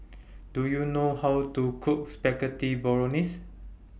Do YOU know How to Cook Spaghetti Bolognese